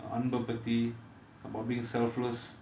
அன்பப்பத்தி:anbappathi about being selfless